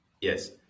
Yes